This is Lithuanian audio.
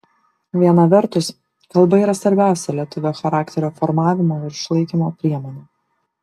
viena vertus kalba yra svarbiausia lietuvio charakterio formavimo ir išlaikymo priemonė